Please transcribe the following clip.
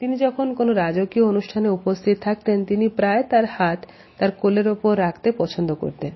তিনি যখন কোন রাজকীয় অনুষ্ঠানে উপস্থিত থাকতেন তিনি প্রায় তার হাত তার কোলের ওপর রাখতে পছন্দ করতেন